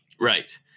Right